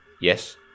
Yes